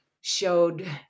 showed